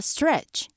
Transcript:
Stretch